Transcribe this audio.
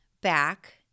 back